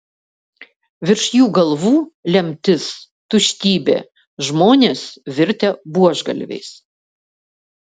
virš jų galvų lemtis tuštybė žmonės virtę buožgalviais